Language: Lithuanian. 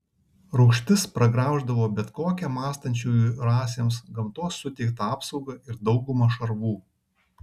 rūgštis pragrauždavo bet kokią mąstančiųjų rasėms gamtos suteiktą apsaugą ir daugumą šarvų